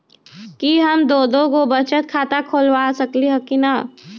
कि हम दो दो गो बचत खाता खोलबा सकली ह की न?